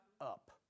up